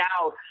out